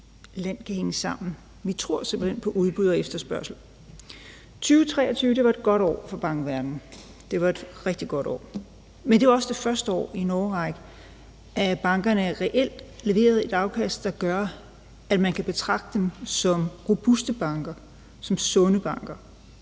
land kan hænge sammen, og vi tror simpelt hen på udbud og efterspørgsel. 2023 var et rigtig godt år for bankverdenen, men det var også det første år i en årrække, hvor bankerne reelt leverede et afkast, der gør, at man kan betragte dem som robuste banker, som sunde banker,